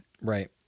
right